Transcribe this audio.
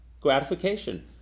gratification